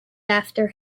after